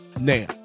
now